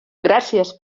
gràcies